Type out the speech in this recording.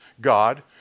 God